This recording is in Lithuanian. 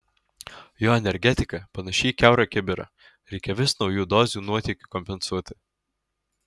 jo energetika panaši į kiaurą kibirą reikia vis naujų dozių nuotėkiui kompensuoti